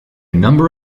number